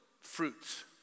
fruits